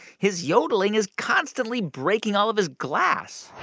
his yodeling is constantly breaking all of his glass